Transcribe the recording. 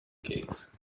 gates